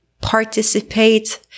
participate